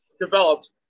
developed